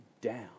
down